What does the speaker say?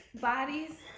bodies